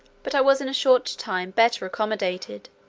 but i was in a short time better accommodated,